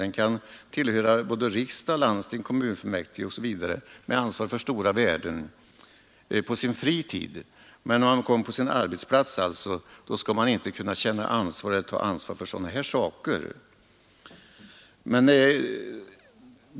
Man kan tillhöra riksdag, landsting, kommunfullmäktige osv. med ansvar för stora värden på sin fritid, men när man är på sin arbetsplats skall man inte kunna ta ansvar för sådana här saker.